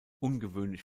ungewöhnlich